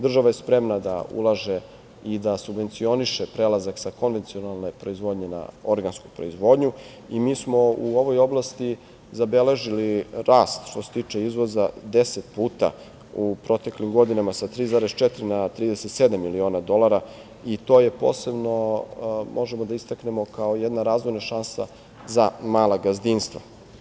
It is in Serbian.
Država je spremna da ulaže i da subvencioniše prelazak za konvencionalne proizvodnje na organsku proizvodnju i mi smo u ovoj oblasti zabeležili rast što se tiče izvoza 10 puta u proteklih godinama sa 3,4 na 37 miliona dolara i to je posebno možemo da istaknemo kao jedna razvojna šansa za mala gazdinstva.